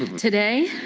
today,